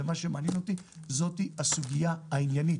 ומה שמעניין אותי זאת הסוגיה העניינית.